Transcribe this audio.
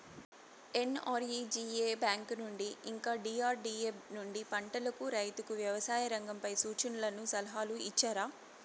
NREGA bank నుండి ఇంకా DRDA నుండి పంటలకు రైతుకు వ్యవసాయ రంగంపై సూచనలను సలహాలు ఇచ్చారా